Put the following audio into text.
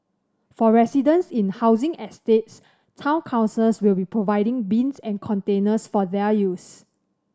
for residents in housing estates town councils will be providing bins and containers for their use